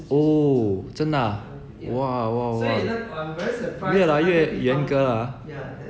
oh 真的 ah !wah! !wah! !wah! 越来越严格 ah ah ah ah ah